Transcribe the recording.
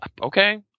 okay